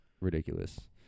ridiculous